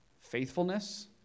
faithfulness